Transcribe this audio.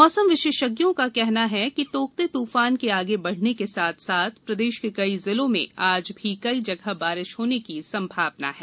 मौसम विशेषज्ञों का कहना है कि तोकते तूफान के आगे बढ़ने के साथ साथ प्रदेश के कई जिलों में आज भी कई जगह बारिश होने की संभावना है